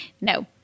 No